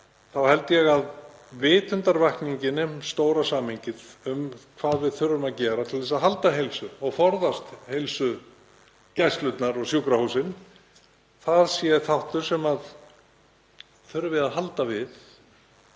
þá held ég að vitundarvakningin um stóra samhengið og hvað við þurfum að gera til að halda heilsu og forðast heilsugæslur og sjúkrahús sé þáttur sem þurfi að halda við.